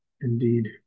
indeed